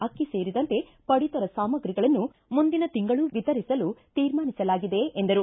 ಅಕ್ಕಿ ಸೇರಿದಂತೆ ಪಡಿತರ ಸಾಮಾಗ್ರಿಗಳನ್ನು ಮುಂದಿನ ತಿಂಗಳೂ ವಿತರಿಸಲು ತೀರ್ಮಾನಿಸಲಾಗಿದೆ ಎಂದರು